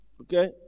Okay